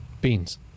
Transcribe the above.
beans